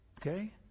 okay